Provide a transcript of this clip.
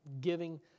giving